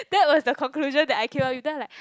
that was the conclusion that I came up with I'm like